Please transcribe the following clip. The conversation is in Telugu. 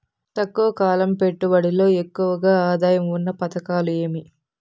తక్కువ కాలం పెట్టుబడిలో ఎక్కువగా ఆదాయం ఉన్న పథకాలు ఏమి?